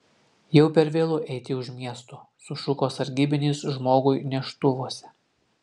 jau per vėlu eiti už miesto sušuko sargybinis žmogui neštuvuose